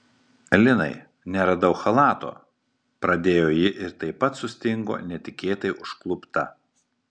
linai neradau chalato pradėjo ji ir taip pat sustingo netikėtai užklupta